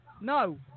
No